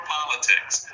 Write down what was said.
politics